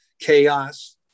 chaos